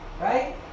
right